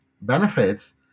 benefits